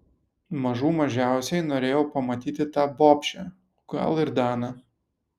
mažų mažiausiai norėjau pamatyti tą bobšę o gal ir daną